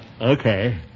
okay